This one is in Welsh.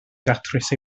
datrys